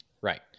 Right